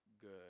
good